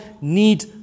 need